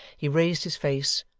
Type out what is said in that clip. he raised his face,